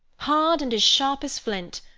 hard and sharp as flint,